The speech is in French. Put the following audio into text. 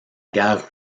guerre